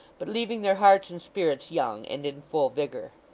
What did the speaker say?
but leaving their hearts and spirits young and in full vigour.